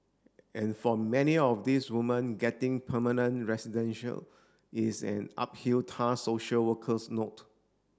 and for many of these woman getting permanent residential is an uphill task social workers note